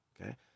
okay